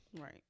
Right